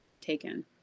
taken